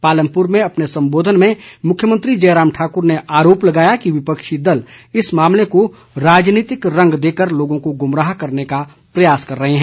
पालमपुर में अपने संबोधन में मुख्यमंत्री जयराम ठाक्र ने आरोप लगाया कि विपक्षी दल इस मामले को राजनीतिक रंग देकर लोगों को गुमराह करने का प्रयास कर रहे हैं